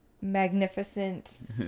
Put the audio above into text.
magnificent